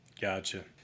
Gotcha